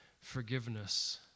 forgiveness